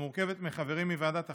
המורכבת מחברים מוועדת החוקה,